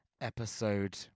episode